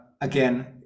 again